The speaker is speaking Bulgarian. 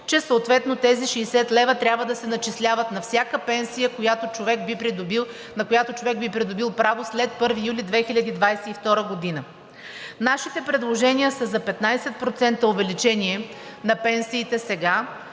че съответно тези 60 лв. трябва да се начисляват на всяка пенсия, на която човек би придобил право след 1 юли 2022 г. Нашите предложения са за 15% увеличение на пенсиите сега,